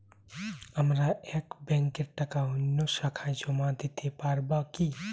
আমার এক ব্যাঙ্কের টাকা অন্য শাখায় জমা দিতে পারব কি?